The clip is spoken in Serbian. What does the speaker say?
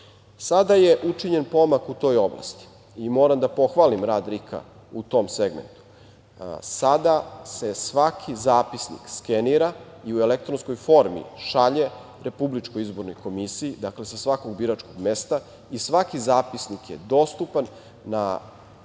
Sada je učinjen pomak u toj oblasti. Moram s toga da pohvalim rad RIK u tom segmentu, sada se svaki zapisnik skenira i u elektronskoj formi šalje RIK, dakle sa svakog biračkog mesta i svaki zapisnik je dostupan na